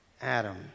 Adam